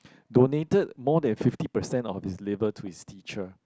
donated more than fifty percent of his label to his teacher